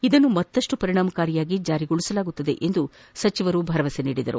ಇದನ್ನು ಮತ್ತಪ್ಪು ಪರಿಣಾಮಕಾರಿಯಾಗಿ ಜಾರಿಗೊಳಿಸಲಾಗುವುದು ಎಂದು ಭರವಸೆ ನೀಡಿದರು